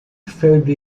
faible